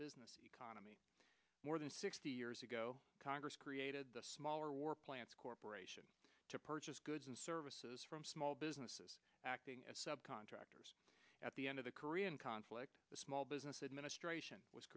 business economy more than sixty years ago congress created the smaller war plans corporation to purchase goods and services from small businesses acting as subcontractors at the end of the korean conflict the small business administration was